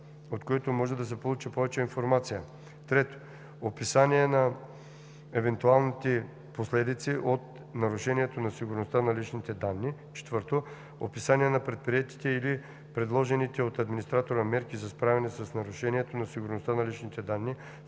от което може да се получи повече информация; 3. описание на евентуалните последици от нарушението на сигурността на личните данни; 4. описание на предприетите или предложените от администратора мерки за справяне с нарушението на сигурността на личните данни,